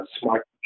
smart